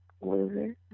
loser